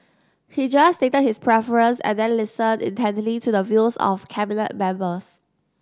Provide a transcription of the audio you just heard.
he just stated his preference and then listened intently to the views of Cabinet members